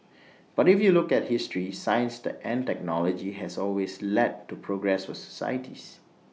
but if you look at history science the and technology has always led to progress for societies